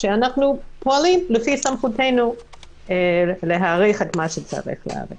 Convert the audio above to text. כשאנחנו פועלים לפי סמכותנו להאריך את מה שצריך להאריך.